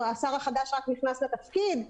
השר החדש רק נכנס לתפקיד,